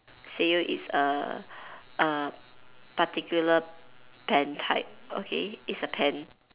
Sanyo is a a particular pen type okay it's a pen